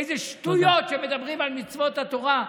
איזה שטויות שהם מדברים על מצוות התורה.